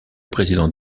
président